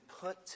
put